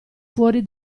fuori